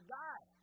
die